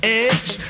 edge